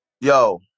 Yo